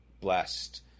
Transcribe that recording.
blessed